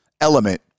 element